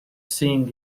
seeing